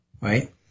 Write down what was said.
right